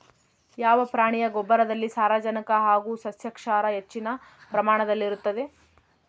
ಯಾವ ಪ್ರಾಣಿಯ ಗೊಬ್ಬರದಲ್ಲಿ ಸಾರಜನಕ ಹಾಗೂ ಸಸ್ಯಕ್ಷಾರ ಹೆಚ್ಚಿನ ಪ್ರಮಾಣದಲ್ಲಿರುತ್ತದೆ?